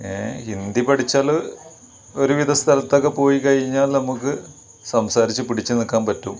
ഏഹ് ഹിന്ദി പഠിച്ചാല് ഒരുവിധം സ്ഥലത്തൊക്കെ പോയി കഴിഞ്ഞാൽ നമുക്ക് സംസാരിച്ച് പിടിച്ച് നിൽക്കാൻ പറ്റും